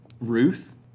Ruth